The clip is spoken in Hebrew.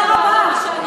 תודה רבה.